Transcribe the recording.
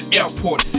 airport